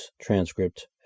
transcript